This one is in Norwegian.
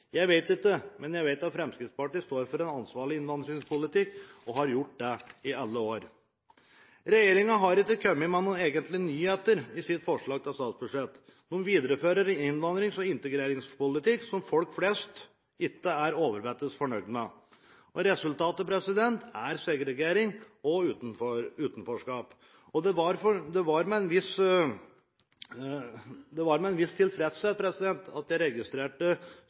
jeg på hvor dette skal ende. Jeg vet ikke, men jeg vet at Fremskrittspartiet står for en ansvarlig innvandringspolitikk og har gjort det i alle år. Regjeringen har egentlig ikke kommet med noen nyheter i sitt forslag til statsbudsjett. De viderefører en innvandrings- og integreringspolitikk som folk flest ikke er overvettes fornøyd med. Resultatet er segregering og utenforskap. Det var med en viss tilfredshet jeg registrerte